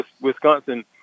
Wisconsin